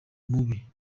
mubi